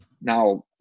Now